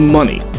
money